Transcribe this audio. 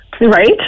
Right